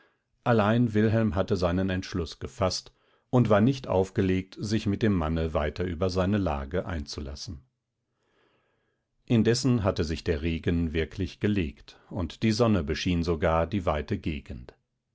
allein wilhelm hatte seinen entschluß gefaßt und war nicht aufgelegt sich mit dem manne weiter über seine lage einzulassen indessen hatte sich der regen wirklich gelegt und die sonne beschien sogar die weite gegend